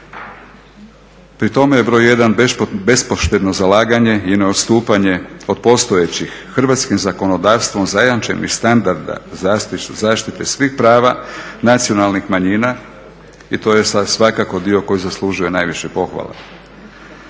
Pri tome je broj jedan bespoštedno zalaganje i neodstupanje od postojećih hrvatskim zakonodavstvom zajamčenih standarda zaštite svih prava nacionalnih manjina i to je svakako dio koji zaslužuje najviše pohvala.